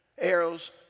arrows